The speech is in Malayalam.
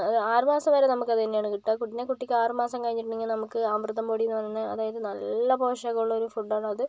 ഒരു ആറ് മാസം വരെ നമുക്ക് അത് തന്നെയാണ് കിട്ടുക പിന്നെ കുട്ടിക്ക് ആറ് മാസം കഴിഞ്ഞിട്ടുണ്ടെങ്കിൽ നമുക്ക് അമൃതം പൊടി എന്ന് പറഞ്ഞ അതായത് നല്ല പോഷകം ഉള്ളൊരു ഫുഡാണ് അത്